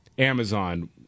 Amazon